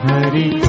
Hari